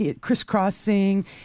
crisscrossing